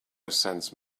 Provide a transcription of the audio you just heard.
sense